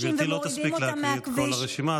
גברתי לא תספיק להקריא את כל הרשימה,